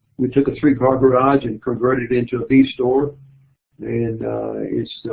we took a three car garage and converted it into a beef store and it's